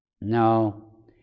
No